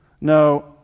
No